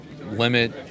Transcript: Limit